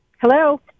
Hello